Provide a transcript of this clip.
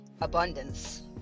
abundance